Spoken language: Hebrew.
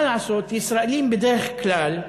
מה לעשות, ישראלים בדרך כלל,